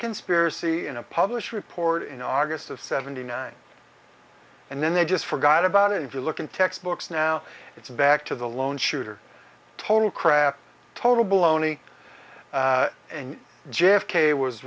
conspiracy in a published report in august of seventy nine and then they just forgot about it if you look in textbooks now it's back to the lone shooter total crap total baloney and j f k was